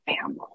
family